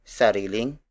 sariling